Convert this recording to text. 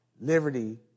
liberty